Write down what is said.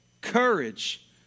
Courage